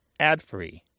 adfree